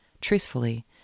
Truthfully